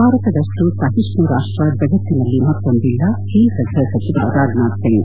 ಭಾರತದಷ್ಟು ಸಹಿಷ್ಟು ರಾಷ್ಷ ಜಗತ್ತಿನಲ್ಲಿ ಮತ್ತೊಂದಿಲ್ಲ ಕೇಂದ್ರ ಗ್ಚಹ ಸಚಿವ ರಾಜನಾಥ್ ಸಿಂಗ್